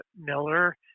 Miller